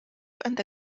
and